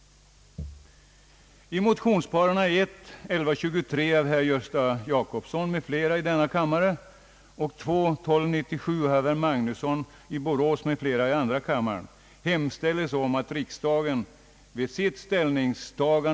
Om man närmare granskar propositionen, finner man att postbanken har ett mycket stort nedskrivningsbehov.